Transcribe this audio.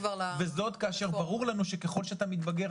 וזאת כאשר ברור לנו שככל שאתה מתבגר,